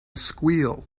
squeal